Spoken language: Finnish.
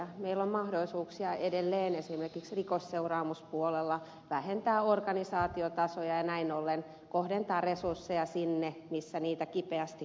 meillä on mahdollisuuksia edelleen esimerkiksi rikosseuraamuspuolella vähentää organisaatiotasoja ja näin ollen kohdentaa resursseja sinne missä niitä kipeästi tarvitaan